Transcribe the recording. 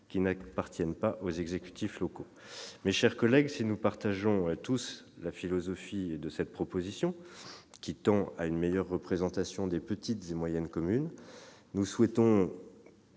qui n'appartiennent pas aux exécutifs locaux. Mes chers collègues, si nous partageons comme vous la philosophie de cette proposition de loi, qui tend à une meilleure représentation des petites et moyennes communes, nous souhaitons